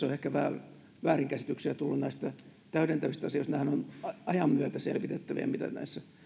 on ehkä vähän väärinkäsi tyksiä tullut näistä täydentävistä asioista nämähän ovat ajan myötä selvitettäviä mitä näissä